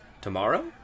Tomorrow